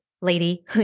lady